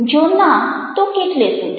જો ના તો કેટલે સુધી